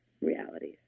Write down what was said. realities